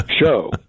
show